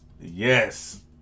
Yes